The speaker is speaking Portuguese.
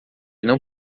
não